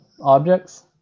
objects